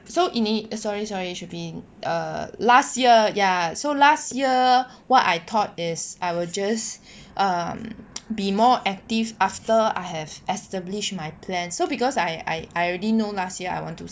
so in sorry sorry should be err last year ya so last year what I thought is I will just um be more active after I have established my plan so because I I I already know last year I want to